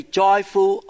joyful